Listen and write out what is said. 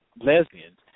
lesbians